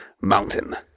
mountain